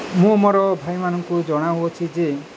ମୁଁ ମୋର ଭାଇମାନଙ୍କୁ ଜଣାଉଅଛି ଯେ